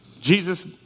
Jesus